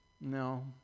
no